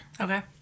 okay